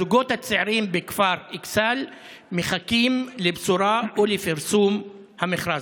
הזוגות הצעירים בכפר אכסאל מחכים לבשורה ולפרסום המכרז.